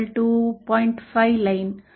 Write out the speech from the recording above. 5 ची लाइन आहे